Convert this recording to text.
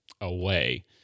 away